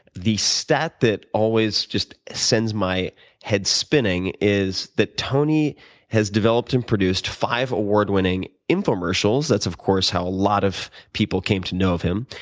the stat that always just sends my head spinning is that tony has developed and produced five award-winning infomercials. that's of course how a lot of people came to know of him.